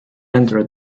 entered